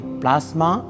plasma